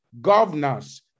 Governors